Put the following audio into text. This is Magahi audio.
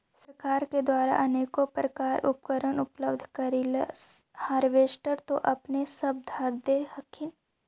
सरकार के द्वारा अनेको प्रकार उपकरण उपलब्ध करिले हारबेसटर तो अपने सब धरदे हखिन?